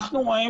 אנחנו רואים